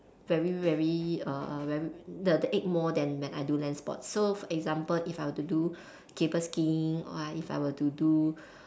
very very err very the the ache more than when I do land sports so for example if I were to do cable skiing or I if I were to do